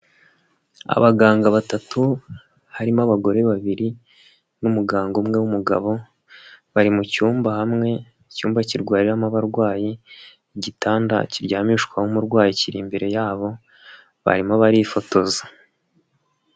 Abaganga batatu harimo abagore babiri n'umuganga umwe w'umugabo, bari mucyumba hamwe, icyumba kirwariramo abarwayi, igitanda kiryamishwaho umurwayi kiri imbere yabo barimo barifotoza.